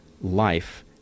life